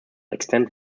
extend